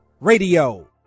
radio